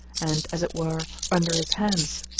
and, as it were, under his hands.